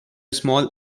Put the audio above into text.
small